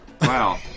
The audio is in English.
Wow